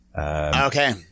Okay